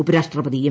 ഉപരാഷ്ട്രപതി എം